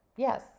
Yes